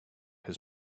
his